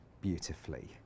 beautifully